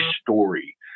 story